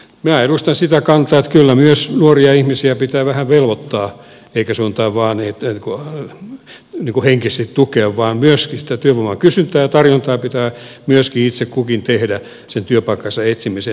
minä edustan sitä kantaa että kyllä myös nuoria ihmisiä pitää vähän velvoittaa eikä sanotaan vain henkisesti tukea vaan myöskin sitä työvoiman kysyntää ja tarjontaa pitää myöskin itse kunkin tehdä sen työpaikkansa etsimiseen